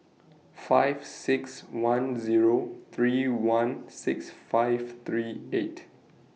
five six one Zero three one six five three eight